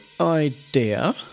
idea